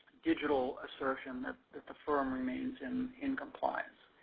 digital assertion that that the firm remains in in compliance.